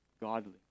godly